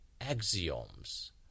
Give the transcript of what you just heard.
axioms